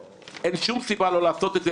אין שום סיבה לא לעשות את זה,